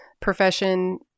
Profession